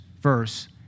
verse